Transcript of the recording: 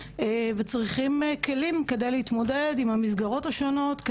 וצריכים כלים על מנת לדעת איך להתמודד עם המסגרות השונות,